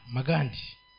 Magandi